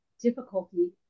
difficulty